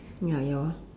ya your